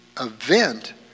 event